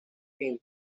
team